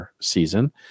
season